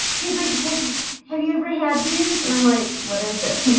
he's like have you ever had these and i'm like, what is it